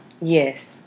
Yes